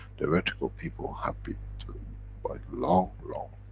the vertical people have beaten to them by long, long,